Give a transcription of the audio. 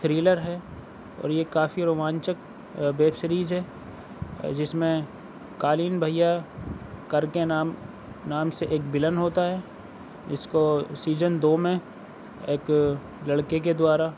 thriller ہے اور یہ کافی رومانچک ویب سیریز ہے جس میں قالین بھیا کرکے نام نام سے ایک بیلن ہوتا ہے تو سیزن دو میں ایک لڑکے کے دوارا